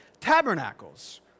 tabernacles